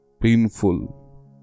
painful